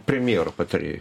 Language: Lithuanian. premjero patarėju